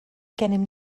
gennym